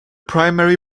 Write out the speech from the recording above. primary